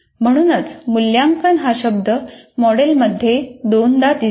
म्हणूनच मूल्यांकन हा शब्द या मॉडेलमध्ये दोनदा दिसतो